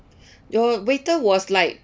your waiter was like